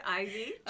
ivy